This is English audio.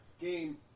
Game